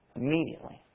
immediately